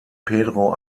pedro